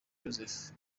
joseph